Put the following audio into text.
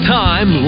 time